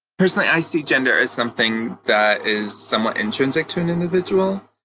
personally, i see gender as something that is somewhat intrinsic to an individual.